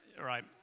right